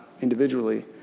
individually